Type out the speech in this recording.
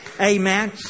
Amen